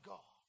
God